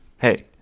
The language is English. Hey